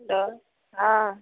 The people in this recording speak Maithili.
तऽ हँ